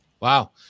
Wow